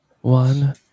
One